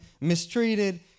mistreated